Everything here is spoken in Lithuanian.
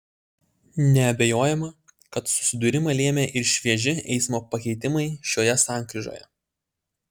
neabejojama kad susidūrimą lėmė ir švieži eismo pakeitimai šioje sankryžoje